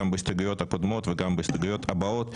גם בהסתייגויות הקודמות וגם בהסתייגויות הבאות,